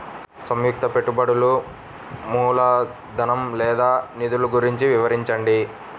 సంయుక్త పెట్టుబడులు మూలధనం లేదా నిధులు గురించి వివరించండి?